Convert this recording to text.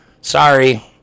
Sorry